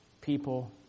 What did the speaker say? people